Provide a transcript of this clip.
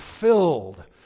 filled